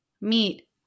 meet